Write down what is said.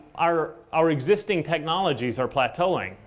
our our existing technologies are plateauing.